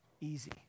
easy